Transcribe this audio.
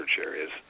areas